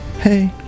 hey